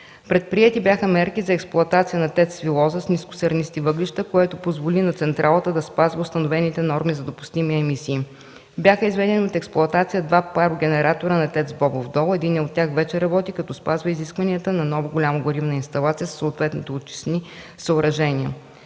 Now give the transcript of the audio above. Предприети бяха мерки за експлоатацията на ТЕЦ „Свилоза” с нискосернисти въглища, което позволи на централата да спазва установените норми за допустими емисии. Бяха изведени от експлоатация два парогенератора на ТЕЦ „Бобов дол”. Единият от тях вече работи, като спазва изискванията за нова голяма горивна инсталация със съответните очистни съоръжения.